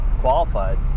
qualified